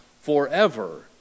forever